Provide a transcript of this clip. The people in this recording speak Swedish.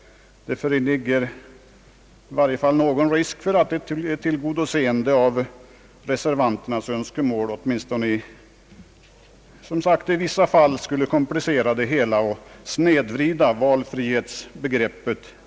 Det föreligger i varje fall risk för att ett tillgodoseende av reservanternas önskemål åtminstone i vissa fall skulle komplicera det hela och snedvrida valfrihetsbegreppet.